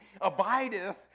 abideth